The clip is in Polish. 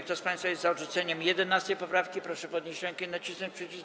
Kto z państwa jest za odrzuceniem 11. poprawki, proszę podnieść rękę i nacisnąć przycisk.